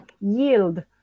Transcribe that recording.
yield